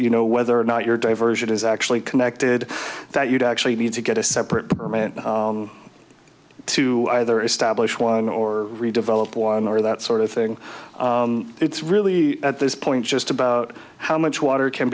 you know whether or not your diversion is actually connected that you'd actually need to get a separate man to either establish one or redevelop one or that sort of thing it's really at this point just about how much water can